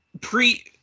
pre